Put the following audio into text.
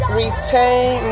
retain